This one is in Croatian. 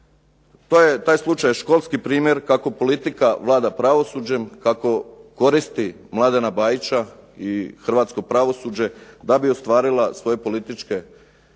taj slučaj školski primjer kako politika vlada pravosuđem, kako koristi Mladena Bajića i hrvatsko pravosuđe da bi ostvarila svoje političke ciljeve